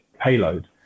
payload